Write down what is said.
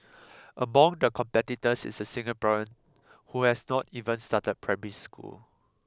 among the competitors is a Singaporean who has not even started primary school